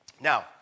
Now